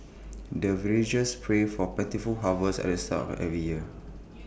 the villagers pray for plentiful harvest at the start of every year